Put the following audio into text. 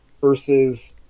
versus